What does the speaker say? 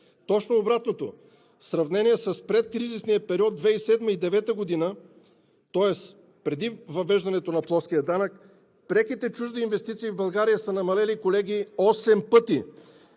Точно обратното – в сравнение с предкризисния период 2007 – 2009 г., тоест преди въвеждането на плоския данък, преките чужди инвестиции в България са намалели, колеги, осем пъти.